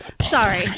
Sorry